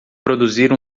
produzir